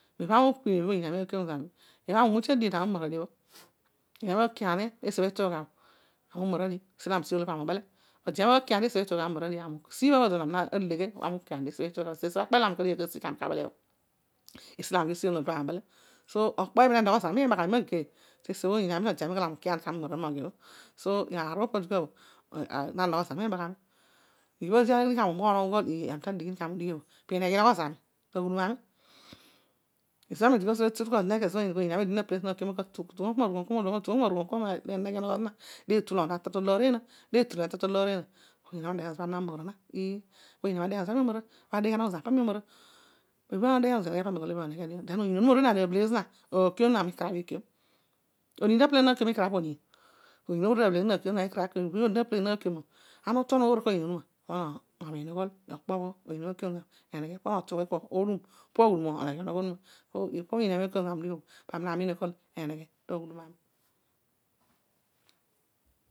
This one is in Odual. Ibha ami upinio mibhõ oniin ani ankiom zami aami umaradio bhõ. odi aghol kua kiani tesi ituugha bhõ amiumaradio. esi olo ami usi õolõ pami ubele. ode ami aghõl kiani tesi ituugha bhõ ami aghol kiani tesi ituugha bhõ esi olo ami usi õolõ pami ubele okpo iibha ne nogho zami miibaghami mageiy. Esi bho oniin node ami ighol ami ukiaini kaami umaradio nomara bhõ. so aar opo dikua bhõ na nogho zami miibagharmi. ibhodi adighi kaami umoghon ughol ii ami tadighi ni õ pineghe inogho zami taghudum ami. Ezobho ami odi nakwa suõbhõ. oniin ami odini na peleghi zami nagdeghe kna tugh kua ma rugh kua le eneghe enogho zina. le tulan alol talõor eena. lo otulonu atol talõoreena ibhõ oniin ami adeghe anogho zami paami omara. adeghe anogho zami paami omara then oniin onuma oruedio na abheleghi zina aakiom zina mikarabh iikiom oniin ta peleghi zina aakiom ikarabh po oniin? Then oniin oruedio abneleghi zina aakiom ikarabh iikiom. ibha odi abhelegh zina naakiom õ. ana utuonom oghoroko toniin onuma pana omiin oghol kua poneghe onogho onuma paami na miin akol eneghe taghudum ami